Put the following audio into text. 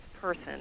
person